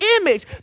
image